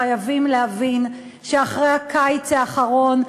חייבים להבין שאחרי הקיץ האחרון,